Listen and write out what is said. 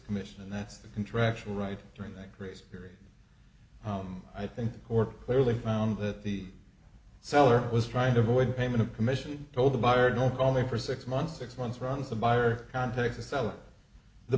commission and that's the contractual right during that grace period i think the court clearly found that the seller was trying to avoid payment of commission told the buyer don't call me for six months six months runs the buyer context sell the